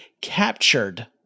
captured